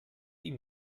ihm